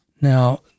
Now